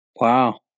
wow